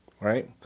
Right